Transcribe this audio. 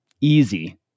easy